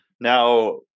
Now